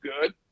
good